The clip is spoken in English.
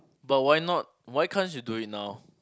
but why not why can't you do it now